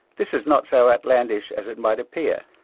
this is not so outlandish as it might appear.